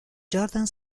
jordan